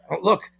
look